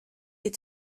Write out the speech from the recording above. die